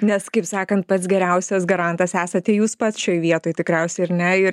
nes kaip sakant pats geriausias garantas esate jūs pats šioj vietoj tikriausiai ar ne ne ir